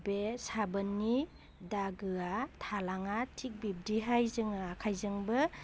बे साबोननि दागोआ थालाङा थिक बिब्दिहाय जोङो आखाइजोंबो